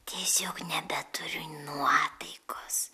tiesiog nebeturiu nuotaikos